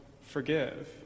forgive